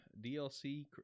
DLC